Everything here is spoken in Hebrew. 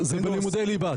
זה בלימודי ליבה.